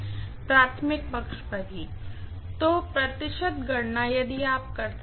Professor student conversation ends तो प्रतिशत गणना यदि आप करते हैं